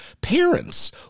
parents